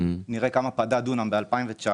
נראה כמה פדה דונם ב-2019,